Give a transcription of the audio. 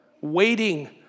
waiting